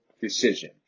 decision